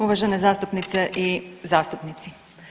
Uvažene zastupnice zastupnici.